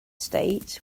states